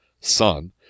son